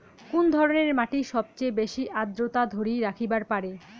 কুন ধরনের মাটি সবচেয়ে বেশি আর্দ্রতা ধরি রাখিবার পারে?